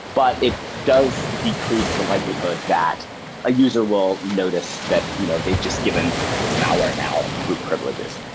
but it does decrease the likelihood that a user will notice that you know they've just given this malware now root privileges.